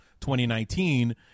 2019